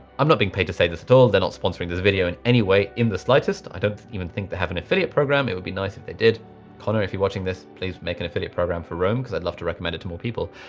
i'm not being paid to say this at all. they're not sponsoring this video in any way in the slightest. i don't even think they have an affiliate programme. it would be nice if they did connor if you're watching this, please make an affiliate programme for roam. cause i'd love to recommend it to more people.